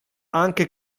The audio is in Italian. anche